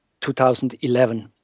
2011